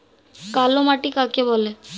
কালোমাটি কাকে বলে?